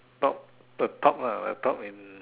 top the top lah the top in